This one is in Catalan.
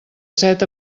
set